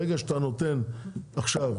ברגע שאתה נותן עכשיו,